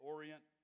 Orient